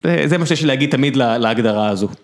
זה מה שיש לי להגיד תמיד להגדרה הזו.